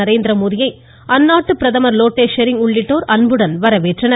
நரேந்திரமோடியை அந்நாட்டு பிரதமர் லோட்டே ஷெரிங் உள்ளிட்டோர் அன்புடன் வரவேற்றனர்